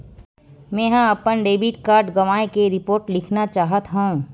मेंहा अपन debit card गवाए के रिपोर्ट लिखना चाहत हव